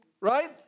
right